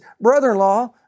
brother-in-law